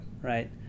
Right